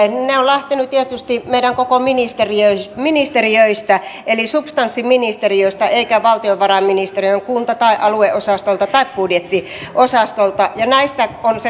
ne ovat lähteneet tietysti meidän koko ministeriöistämme eli substanssiministeriöistämme eivätkä valtiovarainministeriön kunta tai alueosastolta tai budjettiosastolta ja näistä on se kokonaisuus muodostettu